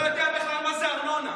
אתה לא יודע מה זה בכלל ארנונה.